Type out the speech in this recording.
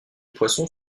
poisson